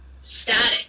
static